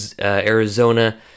Arizona